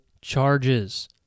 charges